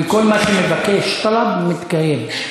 וכל מה שמבקש טלב, מתקיים.